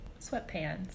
sweatpants